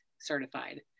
certified